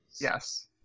yes